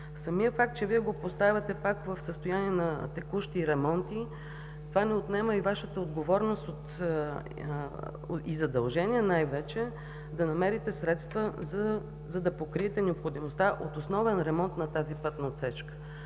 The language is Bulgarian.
Самият факт, че Вие го поставяте пак в състояние на текущи ремонти, това не отменя и Вашата отговорност и задължение най-вече да намерите средства, за да покриете необходимостта от основен ремонт на тази пътна отсечка.